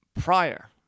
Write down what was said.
Prior